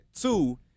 Two